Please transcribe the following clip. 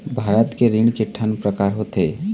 भारत के ऋण के ठन प्रकार होथे?